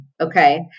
Okay